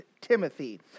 Timothy